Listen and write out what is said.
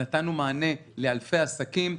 נתנו מענה לאלפי עסקים,